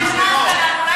אחרי שהכנסת לנו,